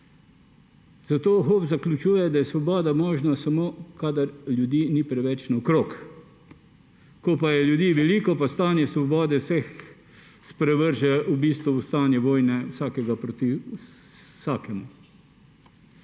Zato Hobbes zaključuje, da je svoboda možna samo, kadar ljudi ni preveč naokrog. Ko pa je ljudi veliko, pa stanje svobode vseh sprevrže v bistvu v stanje vojne vsakega proti vsakemu.